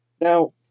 Now